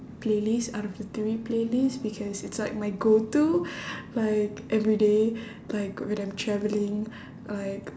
playlist out of the three playlist because it's like my go to like everyday like when I'm traveling like